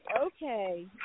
okay